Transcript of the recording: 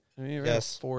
Yes